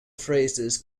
phrases